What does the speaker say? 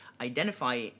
identify